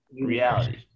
reality